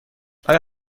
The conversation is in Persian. آیا